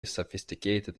sophisticated